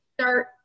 start